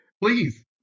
Please